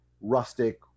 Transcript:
rustic